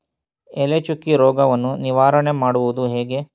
ಎಲೆ ಚುಕ್ಕಿ ರೋಗವನ್ನು ನಿವಾರಣೆ ಮಾಡುವುದು ಹೇಗೆ?